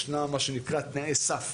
ישנם תנאי סף.